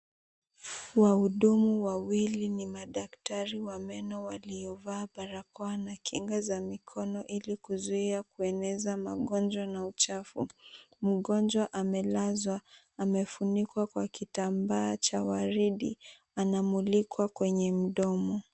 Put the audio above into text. Wahudhumu wawili ni madaktari wa meno waliovaa barakoa na kinga za mikono ili kuzuia kueneza magonjwa na uchafu. Mgonjwa amelazwa amefunikwa kwa kitambaa cha waridi anamulikwa kwenye mdomo.